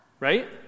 Right